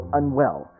unwell